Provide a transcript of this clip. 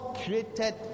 created